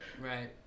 Right